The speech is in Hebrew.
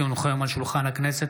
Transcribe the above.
כי הונחו היום על שולחן הכנסת,